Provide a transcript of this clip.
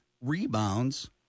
rebounds